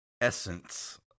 essence